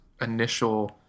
initial